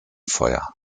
feuer